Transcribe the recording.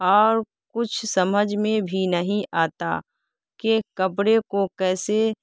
اور کچھ سمجھ میں بھی نہیں آتا کہ کپڑے کو کیسے